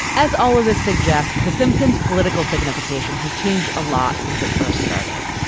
as all of this suggests the simpsons political signification has changed a lot since it first started.